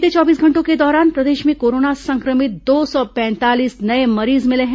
बीते चौबीस घंटों के दौरान प्रदेश में कोरोना संक्रमित दो सौ पैंतालीस नये मरीज मिले हैं